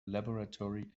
laboratory